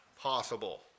possible